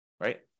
right